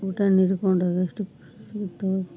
ಊಟನ ಹಿಡ್ಕೊಂಡ್ ಅದೆಷ್ಟು ಕಸಿಬಿತ್ತು